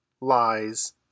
Lies